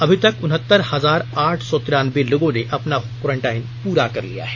अभी तक उनहत्तर हजार आठ सौ तिरानवे लोगों ने अपना क्वॅरिंटाइन पूरा कर लिया है